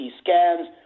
scans